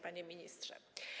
Panie Ministrze!